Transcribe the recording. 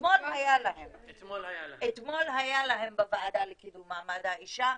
אתמול היה להם בוועדה לקידום מעמד האישה,